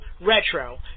Retro